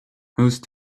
whose